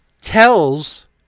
tells